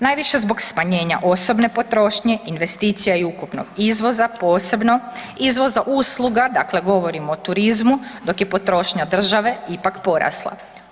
Najviše smo zbog smanjenja osobne potrošnje, investicija i ukupnog izvoza, posebno izvoza usluga, dakle govorimo o turizmu, dok je potrošnja države ipak porasla.